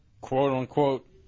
quote-unquote